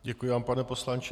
Děkuji vám, pane poslanče.